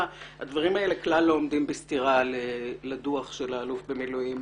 הדברים האלה כלל לא עומדים בסתירה לדוח של האלוף במילואים